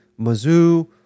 Mizzou